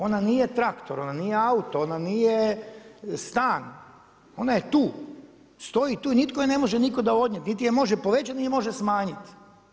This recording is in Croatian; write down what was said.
Ona nije traktor, ona nije auto, ona nije stan, ona je tu, stoji tu i nitko je ne može nikuda odnijeti niti ju može povećati niti je može smanjiti.